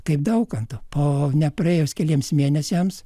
kaip daukantu po nepraėjus keliems mėnesiams